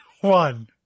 one